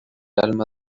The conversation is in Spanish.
alma